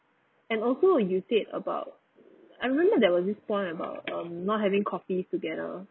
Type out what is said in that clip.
and also when you said about I remember there was this point about um not having coffee together